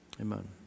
amen